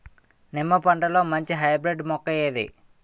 నిమ్మ పంటలో మంచి హైబ్రిడ్ మొక్క ఏది?